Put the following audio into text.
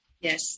Yes